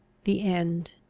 the end.